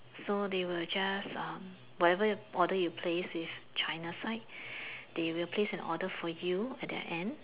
so they will just um whatever order you place with China side they will place an order for you at the end